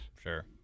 Sure